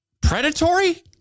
predatory